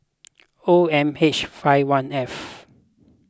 O M H five one F